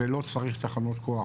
זה לא צריך תחנות כוח